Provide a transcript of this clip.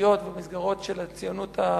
החרדיות ובמסגרות של הציונות הדתית,